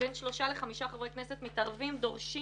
בין שלושה לחמישה חברי כנסת מתערבים ודורשים